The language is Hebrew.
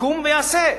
יקום ויעשה.